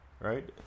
right